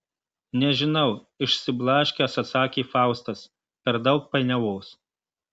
nežinau išsiblaškęs atsakė faustas per daug painiavos